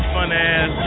Fun-ass